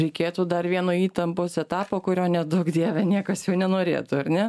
reikėtų dar vieno įtampos etapo kurio neduok dieve niekas jau nenorėtų ar ne